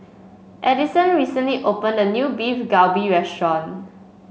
Addison recently opened a new Beef Galbi restaurant